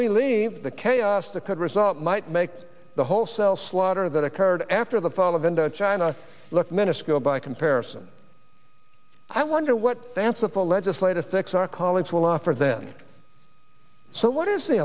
we leave the chaos that could result might make the whole self slaughter that occurred after the fall of indochina look minuscule by comparison i wonder what fanciful legislative fix our colleagues will offer then so what is the